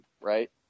right